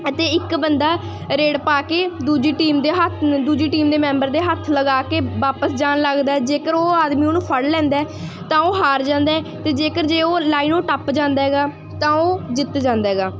ਅਤੇ ਇੱਕ ਬੰਦਾ ਰੇਡ ਪਾ ਕੇ ਦੂਜੀ ਟੀਮ ਦੇ ਹੱਥ ਦੂਜੀ ਟੀਮ ਦੇ ਮੈਂਬਰ ਦੇ ਹੱਥ ਲਗਾ ਕੇ ਵਾਪਸ ਜਾਣ ਲੱਗਦਾ ਜੇਕਰ ਉਹ ਆਦਮੀ ਉਹਨੂੰ ਫੜ ਲੈਂਦਾ ਤਾਂ ਉਹ ਹਾਰ ਜਾਂਦਾ ਅਤੇ ਜੇਕਰ ਜੇ ਉਹ ਲਾਈਨ ਨੂੰ ਟੱਪ ਜਾਂਦਾ ਗਾ ਤਾਂ ਉਹ ਜਿੱਤ ਜਾਂਦਾ ਗਾ